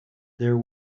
there